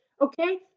Okay